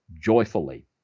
joyfully